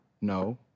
no